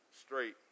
straight